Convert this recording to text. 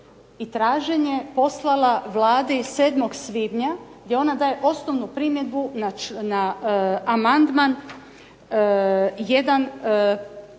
traženje poslala Vladi 7. svibnja gdje ona daje osnovnu primjedbu na amandman 1.